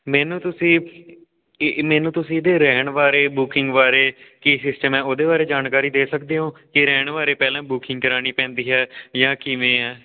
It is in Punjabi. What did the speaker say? ਮੈਨੂੰ ਤੁਸੀਂ ਮੈਨੂੰ ਤੁਸੀਂ ਇਹਦੇ ਰਹਿਣ ਬਾਰੇ ਬੁਕਿੰਗ ਬਾਰੇ ਕੀ ਸਿਸਟਮ ਹੈ ਉਹਦੇ ਬਾਰੇ ਜਾਣਕਾਰੀ ਦੇ ਸਕਦੇ ਹੋ ਕਿ ਰਹਿਣ ਬਾਰੇ ਪਹਿਲਾਂ ਬੁਕਿੰਗ ਕਰਾਉਣੀ ਪੈਂਦੀ ਹੈ ਜਾਂ ਕਿਵੇਂ ਐਂ